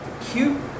Cute